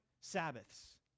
Sabbaths